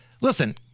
listen